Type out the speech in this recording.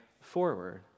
forward